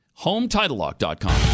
HomeTitleLock.com